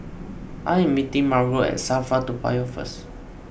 I am meeting Margo at SafraToa Payoh first